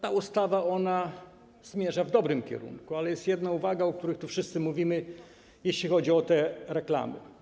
Ta ustawa zmierza w dobrym kierunku, ale jest jedna uwaga, o której tu wszyscy mówimy, jeśli chodzi o te reklamy.